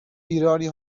ایرانی